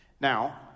Now